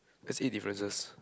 there's eight differences